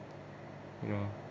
ya